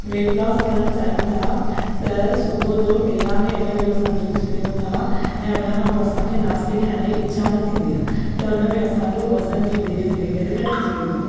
weight loss करणु चाहियूं था त सुबुह जो नेराणे अगरि इहो जूस पियूं था ऐं उन खां पोइ असांखे नास्ते खाइण जी इच्छा न थींदी आहे त उन में असांजो वज़न बि धीरे धीरे करे घटिजी वेंदो आहे